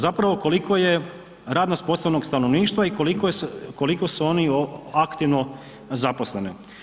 Zapravo, koliko je radno sposobnog stanovništva i koliko su oni aktivno zaposleni.